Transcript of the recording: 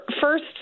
First